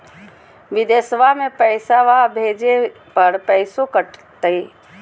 बिदेशवा मे पैसवा भेजे पर पैसों कट तय?